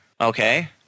Okay